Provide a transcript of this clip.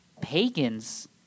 pagans